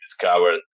discovered